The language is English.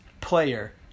player